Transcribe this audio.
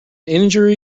injury